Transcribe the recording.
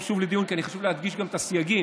היא תחזור שוב לדיון, חשוב להדגיש את הסייגים.